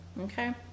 okay